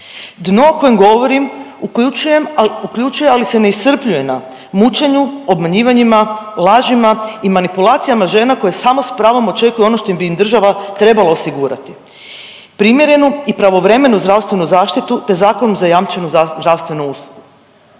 Dno o kojem govorim uključujem, uključuje ali se ne iscrpljuje na mučenju, obmanjivanjima, lažima i manipulacijama žena koje samo s pravom očekuju ono što bi im država trebala osigurati. Primjernu i pravovremenu zdravstvenu zaštitu te zakonom zajamčenu zdravstvenu uslugu.